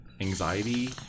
anxiety